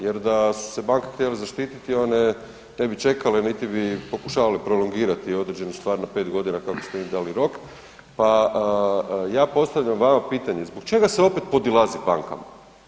Jer da su se banke htjele zaštititi one ne bi čekale niti bi pokušavale prolongirati određenu stvar na pet godina kako ste im dali rok, pa ja postavljam vama pitanje zbog čega se opet podilazi bankama?